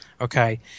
okay